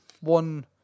one